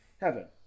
heaven